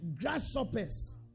grasshoppers